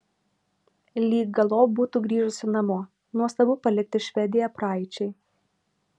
lyg galop būtų grįžusi namo nuostabu palikti švediją praeičiai